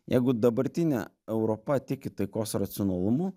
jeigu dabartinė europa tiki taikos racionalumu